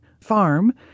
farm